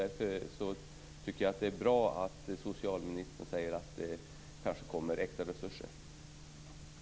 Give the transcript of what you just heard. Därför tycker jag att det är bra att socialministern säger att det kanske kommer att tillföras extra resurser.